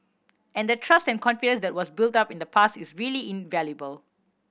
and the trust and confidence that was built up in the past is really invaluable